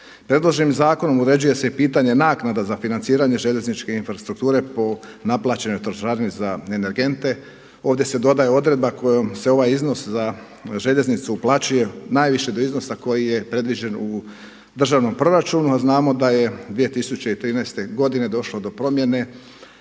Predloženim zakonom uređuje se i pitanje naknada za financiranje željezničke infrastrukture po naplaćenoj trošarini za energente. Ovdje se dodaje odredba kojom se ovaj iznos za željeznicu uplaćuje najviše do iznosa koji je predviđen u državnom proračunu, a znamo da je 2013. godine došlo do promjene